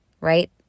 right